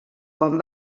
quan